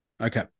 Okay